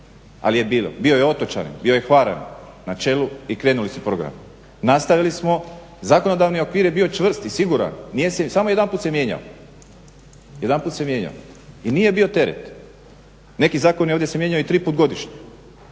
ali je bilo. Bilo je otočanin, bio je Hvaranin na čelu i krenuli su programi. Nastavili smo, zakonodavni okvir je bio čvrst i siguran, samo jedanput se mijenjao i nije bio teret. Neki zakoni ovdje se mijenjaju triput godišnje.